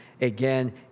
again